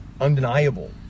undeniable